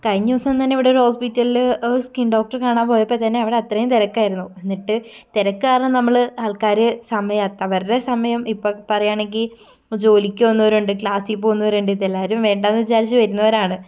കഴിഞ്ഞ ദിവസം തന്നെ ഇവിടൊരു ഹോസ്പ്പിറ്റലില് സ്കിൻ ഡോക്ടറെ കാണാൻ പോയപ്പൊത്തന്നെ അവിടെ അത്രയും തിരക്കായിരുന്നു എന്നിട്ട് തിരക്ക് കാരണം നമ്മള് ആൾക്കാര് സമയം അത്ത് അവരുടെ സമയം ഇപ്പ പറയാണെങ്കി ജോലിക്ക് പോകുന്നവരുണ്ട് ക്ലാസ്സിൽ പോകുന്നവരുണ്ട് ഇതെല്ലാരും വേണ്ടാന്ന് വിചാരിച്ച് വരുന്നവരാണ്